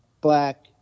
black